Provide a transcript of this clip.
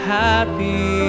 happy